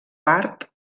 part